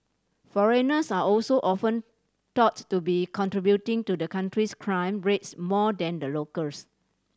foreigners are also often thought to be contributing to the country's crime rates more than the locals